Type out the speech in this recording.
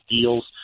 deals